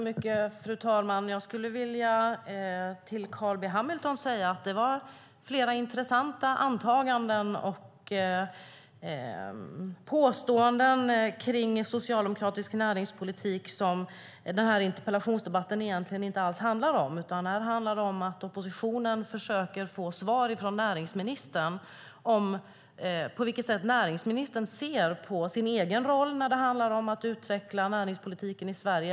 Fru talman! Jag vill till Carl B Hamilton säga att det var flera intressanta antaganden och påståenden om socialdemokratisk näringspolitik som interpellationsdebatten egentligen inte alls handlar om. Här handlar det om att oppositionen försöker att få svar från näringsministern om på vilket sätt näringsministern ser på sin egen roll när det handlar om att utveckla näringspolitiken i Sverige.